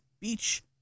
beach